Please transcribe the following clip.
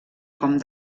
com